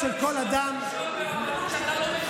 לא, כי לחברים שלך זה לא מספיק.